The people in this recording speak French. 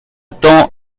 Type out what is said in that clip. temps